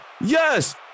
Yes